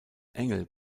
engel